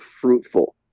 fruitful